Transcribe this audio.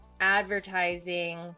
advertising